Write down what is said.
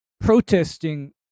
protesting